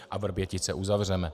A Vrbětice uzavřeme.